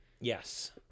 Yes